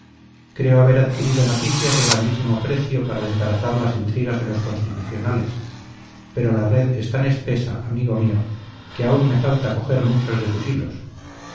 creo haber adquirido noticias de grandísimo precio para desbaratar las intrigas de los constitucionales pero la red es tan espesa amigo mío que aún me falta coger muchos de sus hilos